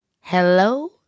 Hello